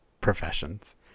professions